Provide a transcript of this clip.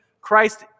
Christ